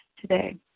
today